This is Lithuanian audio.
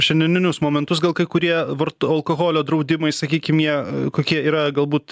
šiandieninius momentus gal kai kurie vart alkoholio draudimai sakykim jie kokie yra galbūt